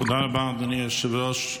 תודה רבה, אדוני היושב-ראש.